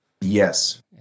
Yes